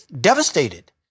devastated